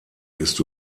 ist